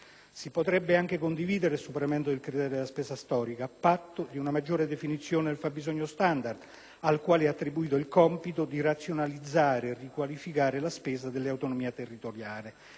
Si potrebbe anche condividere il superamento del criterio della spesa storica, a patto di una maggiore definizione del fabbisogno standard al quale è attribuito il compito di razionalizzare e riqualificare la spesa delle autonomie territoriali.